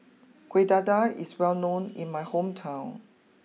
Kuih Dadar is well known in my hometown